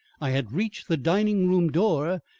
i had reached the dining-room door,